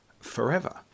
forever